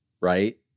right